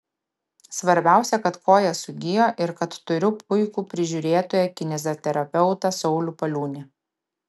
svarbiausia kad koja sugijo ir kad turiu puikų prižiūrėtoją kineziterapeutą saulių paliūnį